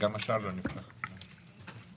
מהמצ'ינג כי זה פוגע ברשויות החלשות,